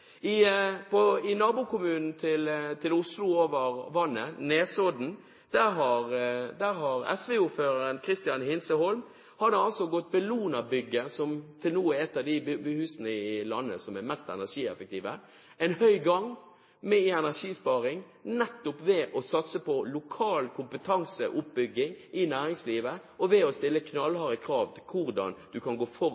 hele landet. I nabokommunen til Oslo over vannet, Nesodden, har SV-ordføreren Christian Hintze Holm gått Bellona-bygget, som til nå er et av de husene i landet som er mest energieffektivt, en høy gang med energisparing, ved nettopp å satse på lokal kompetanseoppbygging i næringslivet, ved å stille